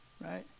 right